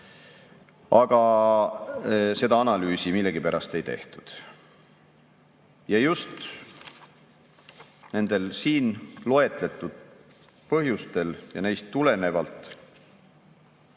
Aga seda analüüsi millegipärast ei tehtud. Ja just nendel siin loetletud põhjustel ja neist tulenevalt